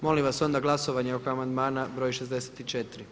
Molim vas onda glasovanje oko amandmana broj 64.